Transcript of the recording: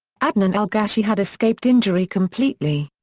adnan al-gashey had escaped injury completely.